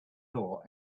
door